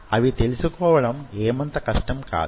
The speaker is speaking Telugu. అవి తెలుసుకోవడం ఏమంత కష్టం కాదు